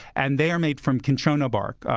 and they're made from cinchona bark,